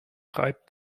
reibt